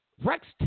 Rex